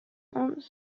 uns